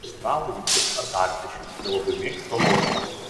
australai yra ypač azartiški jie labai mėgsta lošti